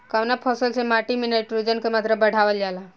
कवना फसल से माटी में नाइट्रोजन के मात्रा बढ़ावल जाला?